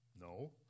No